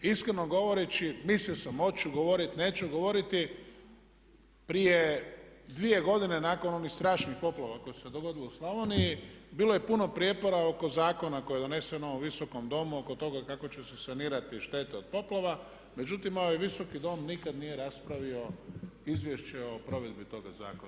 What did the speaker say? Iskreno govoreći mislio sam oću govoriti, neću govoriti, prije 2 godine nakon onih strašnih poplava koje su se dogodile u Slavoniji bilo je puno prijepora oko zakona koji je donesen u ovom visokom domu oko toga kako će se sanirati štete od poplava, međutim ovaj visoki Domovinskog rata nikad nije raspravio izvješće o provedbi tog zakona.